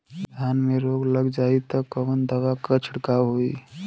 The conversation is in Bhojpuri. धान में रोग लग जाईत कवन दवा क छिड़काव होई?